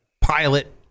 pilot